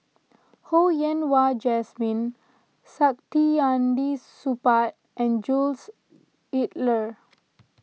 Ho Yen Wah Jesmine Saktiandi Supaat and Jules Itier